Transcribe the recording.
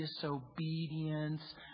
disobedience